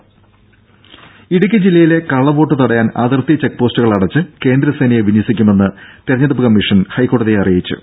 ടെട ഇടുക്കി ജില്ലയിലെ കള്ളവോട്ട് തടയാൻ അതിർത്തി ചെക്ക് പോസ്റ്റുകൾ അടച്ച് കേന്ദ്രസേനയെ വിന്യസിക്കുമെന്ന് തിരഞ്ഞെടുപ്പ് കമ്മിഷൻ ഹൈക്കോടതിയെ അറിയിച്ചു